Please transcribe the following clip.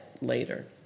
later